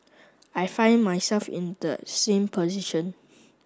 I find myself in that same position